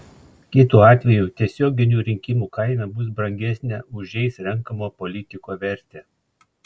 kitu atveju tiesioginių rinkimų kaina bus brangesnė už jais renkamo politiko vertę